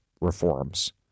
reforms